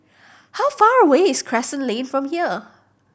how far away is Crescent Lane from here